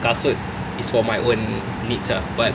kasut is for my own needs ah but